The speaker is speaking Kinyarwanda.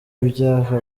ibyaha